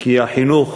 כי החינוך